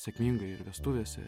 sėkmingai ir vestuvėse